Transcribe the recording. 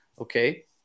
okay